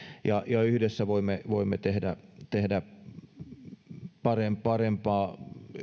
ja ja yhdessä voimme tehdä tehdä parempaa